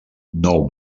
nou